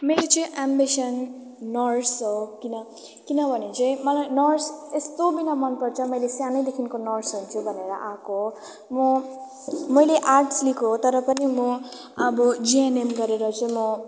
मेरो चाहिँ ambition nurse हो किन किनभने चाहिँ मलाई नर्स यस्तो बिन मनपर्छ मैले सानैदेखिको नर्स हुन्छु भनेर आएको हो म मैले आर्ट्स लिएको हो तर पनि म अब जिएनएम गरेर चाहिँ म